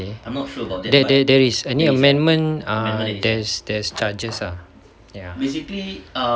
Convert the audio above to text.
there there there is any amendment err there's there's charges ah ya